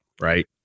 Right